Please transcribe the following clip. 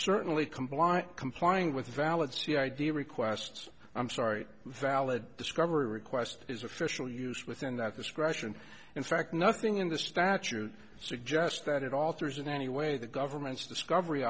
comply complying with valid she idea requests i'm sorry valid discovery request is official use within that discretion in fact nothing in the statute suggests that it alters in any way the government's discovery